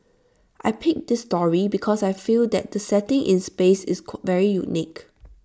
I picked this story because I feel that the setting in space is very unique